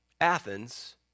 Athens